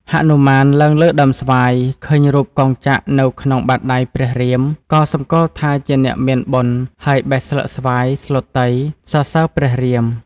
ហនុមាន ឡើងលើដើមស្វាយ ឃើញរូបកងចក្រនៅក្នុង បាតដៃព្រះរាមក៏សម្គាល់ថាជាអ្នកមានបុណ្យ ហើយបេះស្លឹកស្វាយ ស្លុតី (សរសើរ)ព្រះរាម។